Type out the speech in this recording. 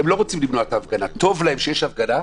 הם לא רוצים למנוע את ההפגנה, טוב להם שיש הפגנה.